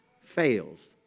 fails